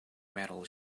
metal